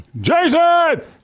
Jason